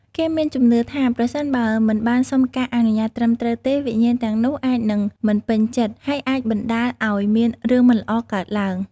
គេមានជំនឿថា ប្រសិនបើមិនបានសុំការអនុញ្ញាតត្រឹមត្រូវទេ វិញ្ញាណទាំងនោះអាចនឹងមិនពេញចិត្ត ហើយអាចបណ្តាលឲ្យមានរឿងមិនល្អកើតឡើង។